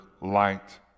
light